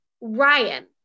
Ryan